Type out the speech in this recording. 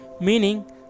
meaning